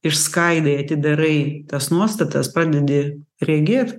išskaidai atidarai tas nuostatas pradedi regėt